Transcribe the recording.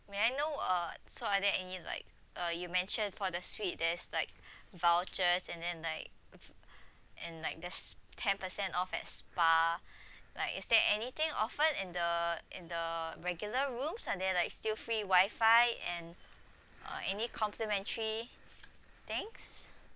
may I know uh so are there any like uh you mentioned for the suite there's like vouchers and then like f~ and like there's ten per cent off at spa like is there anything offered in the in the regular rooms are there like still free wifi and uh any complimentary things